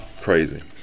Crazy